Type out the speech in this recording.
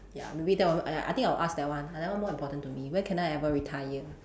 ya maybe that al~ !aiya! I think I will ask that one ah that one more important to me when can I ever retire